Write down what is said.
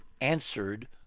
answered